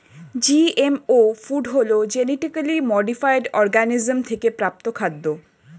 GMO food হলো genetically modified organism থেকে প্রাপ্ত খাদ্য